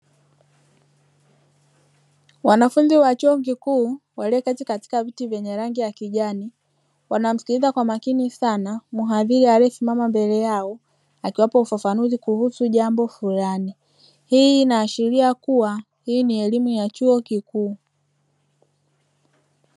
Wanafunzi wa chuo kikuu walio keti katika viti vya rangi ya kijani, wanamsikiliza kwa makini sana mhazini aliye simama mbele yao akiwapa ufafanuzi kuhusu jambo fulani hii inaashiria kuwa hii ni elimu ya chuo kikuu.